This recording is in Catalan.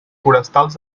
forestals